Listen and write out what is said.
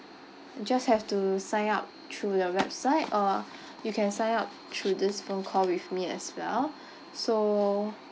just have to sign up through the website or you can sign up through this phone call with me as well so